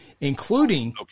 Including